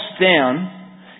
down